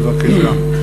בבקשה.